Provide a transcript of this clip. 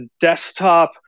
desktop